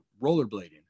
rollerblading